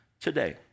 today